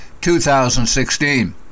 2016